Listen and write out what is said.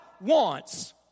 wants